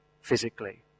physically